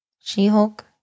She-Hulk